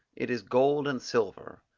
it is gold and silver,